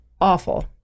awful